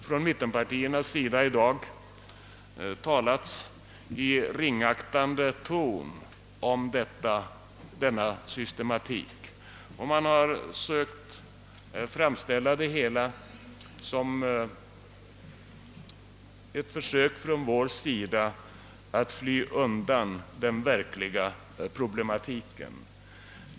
Från mittenpartiernas sida har det i dag talats i ringaktande ton om denna systematik. Man har sökt framställa det hela som ett försök från vår sida att fly undan den verkliga problematiken.